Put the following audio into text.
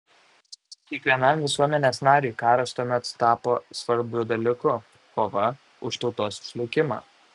kiekvienam visuomenės nariui karas tuomet tapo svarbiu dalyku kova už tautos išlikimą